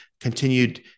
continued